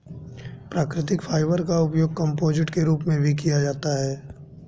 प्राकृतिक फाइबर का उपयोग कंपोजिट के रूप में भी किया जाता है